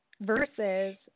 versus